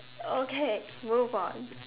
okay move on